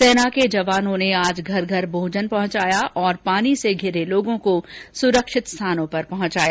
सेना के जवानों ने घर घर भोजन पहुंचाया और पानी से धिरे लोगों को सुरक्षित स्थान पर पहुंचाया